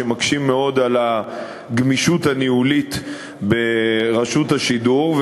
שמקשים מאוד על הגמישות הניהולית ברשות השידור.